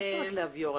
מה זאת אומרת להביור?